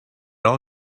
all